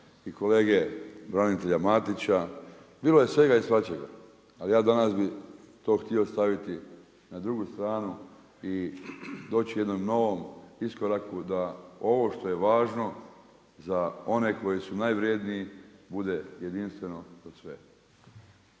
i kolege branitelja Matića. Bilo je svega i svačega ali ja danas bi to htio staviti na drugu stranu i doći u jednom novom iskoraku da ovo što je važno za one koji su najvrjedniji, bude jedinstveno za sve.